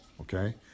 okay